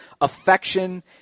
affection